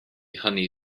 hynny